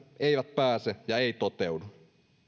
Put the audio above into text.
eivät pääse ja ei toteudu